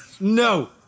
No